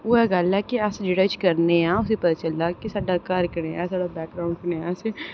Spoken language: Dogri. उ'ऐ गल्ल ऐ कि अस जेह्ड़ा किश करने आं कि पता चलदा के साढ़ा घर कनेहा चला दा कनेहा नेईं